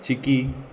चिकी